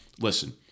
listen